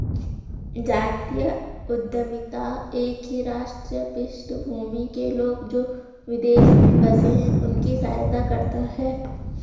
जातीय उद्यमिता एक ही राष्ट्रीय पृष्ठभूमि के लोग, जो विदेश में बसे हैं उनकी सहायता करता है